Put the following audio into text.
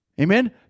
Amen